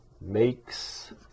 makes